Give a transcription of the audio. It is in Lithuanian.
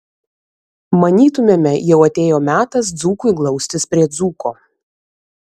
manytumėme jau atėjo metas dzūkui glaustis prie dzūko